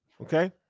okay